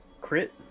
crit